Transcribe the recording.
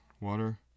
Water